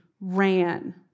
ran